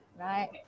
right